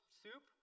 soup